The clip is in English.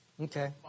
Okay